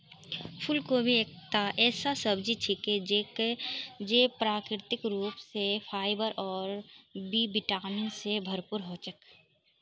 फूलगोभी एकता ऐसा सब्जी छिके जे प्राकृतिक रूप स फाइबर और बी विटामिन स भरपूर ह छेक